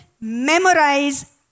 memorize